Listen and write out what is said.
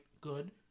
good